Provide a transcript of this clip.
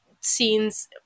scenes